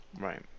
Right